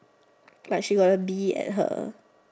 like she got a bee at her